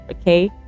okay